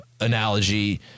analogy